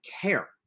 care